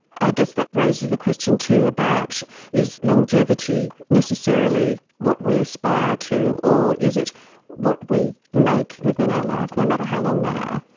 i guess that raises the question too about is longevity necessarily what we aspire to, or is it what we make within our life, no matter how long they are.